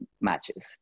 matches